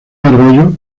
arroyos